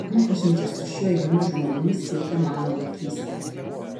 mano pažintis su šiuo įdomiu žmogumi siekia mano vaikystę